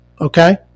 Okay